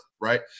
right